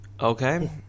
okay